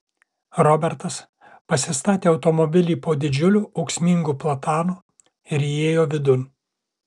robertas pasistatė automobilį po didžiuliu ūksmingu platanu ir įėjo vidun